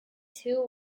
two